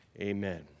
amen